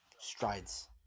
Strides